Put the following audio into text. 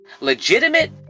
legitimate